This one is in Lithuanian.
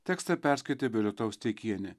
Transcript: tekstą perskaitė violeta osteikienė